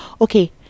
Okay